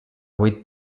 vuit